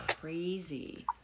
crazy